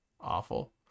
Awful